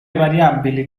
variabili